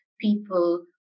people